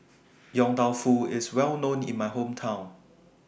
Yong Tau Foo IS Well known in My Hometown